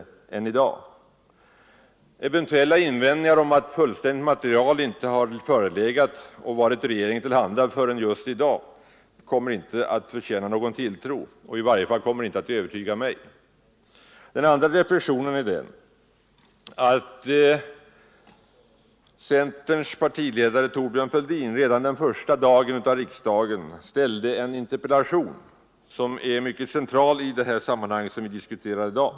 Eventuella invändningar om att fullständigt material inte har förelegat och varit regeringen till handa förrän just i dag förtjänar inte någon tilltro, och i varje fall kommer de inte att övertyga mig. Centerns partiledare, Thorbjörn Fälldin, ställde redan på riksdagens första dag en interpellation som är mycket central för det sammanhang vi diskuterar i dag.